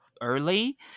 Early